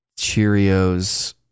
Cheerios